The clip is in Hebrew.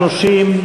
30,